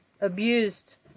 abused